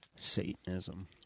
Satanism